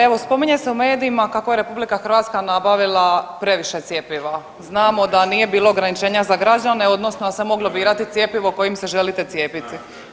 Evo spominje se u medijima kako je RH nabavila previše cjepiva, znamo da nije bilo ograničenja za građane odnosno da se moglo birati cjepivo kojim se želite cijepiti.